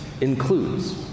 includes